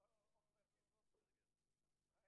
רבותיי, אני